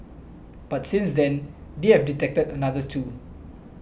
but since then they have detected another two